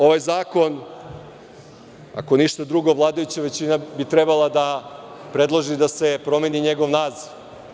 Ovaj zakon, ako ništa drugo, vladajuća većina bi trebala da predloži da se promeni njegov naziv.